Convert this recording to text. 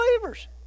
believers